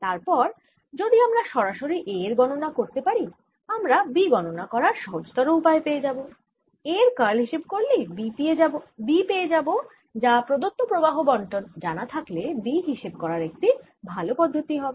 তারপর যদি আমরা সরাসরি A এর গণনা করতে পারি আমরা B গণনা করার সহজতর উপায় পেয়ে যাবো A এর কার্ল হিসেব করলেই B পেয়ে যাবো যা প্রদত্ত প্রবাহ বণ্টন জানা থাকলে B হিসেব করার একটি ভাল পদ্ধতি হবে